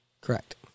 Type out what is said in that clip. Correct